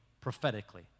prophetically